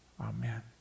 Amen